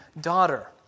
daughter